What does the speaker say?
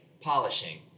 polishing